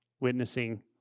witnessing